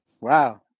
wow